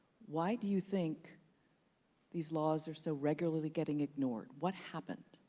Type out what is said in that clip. why do you think these laws are so regularly getting ignored? what happened?